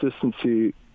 consistency